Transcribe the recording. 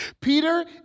Peter